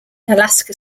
alaska